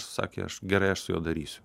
sakė aš gerai aš su juo darysiu